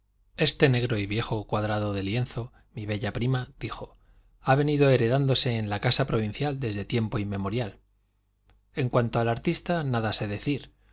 este negro y viejo cuadrado de lienzo mi bella prima dijo ha venido heredándose en la casa provincial desde tiempo inmemorial en cuanto al artista nada sé decir